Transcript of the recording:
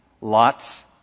lots